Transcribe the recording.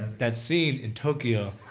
that scene in tokyo,